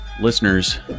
listeners